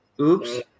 Oops